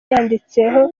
yanditseho